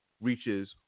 reaches